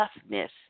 toughness